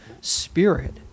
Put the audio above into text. spirit